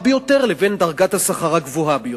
ביותר לבין דרגת השכר הגבוהה ביותר.